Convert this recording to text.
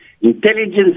Intelligence